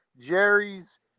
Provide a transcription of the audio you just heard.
Jerry's